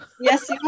Yes